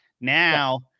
Now